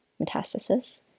metastasis